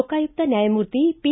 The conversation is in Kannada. ಲೋಕಾಯುಕ್ತ ನ್ಯಾಯಮೂರ್ತಿ ಪಿ